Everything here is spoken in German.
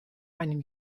einem